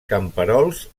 camperols